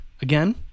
again